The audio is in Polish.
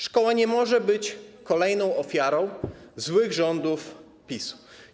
Szkoła nie może być kolejną ofiarą złych rządów PiS-u.